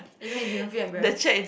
even if you feel embarrassed